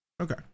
Okay